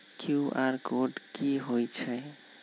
QR code कि हई छई?